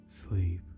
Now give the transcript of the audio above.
Sleep